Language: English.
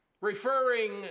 referring